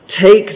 Take